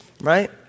right